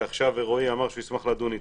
שעכשיו רועי אמר שהוא ישמח לדון איתנו,